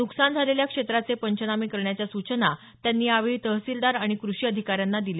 नुकसान झालेल्या क्षेत्राचे पंचमाने करण्याच्या सूचना त्यांनी यावेळी तहसीलदार आणि कृषी अधिकाऱ्यांना दिल्या